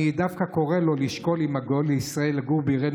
אני קורא לו לשקול לגור בעירנו,